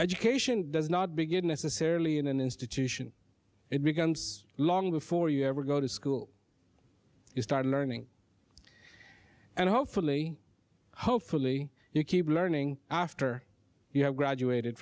education does not begin necessarily in an institution it began long before you ever go to school you start learning and hopefully hopefully you keep learning after you have graduated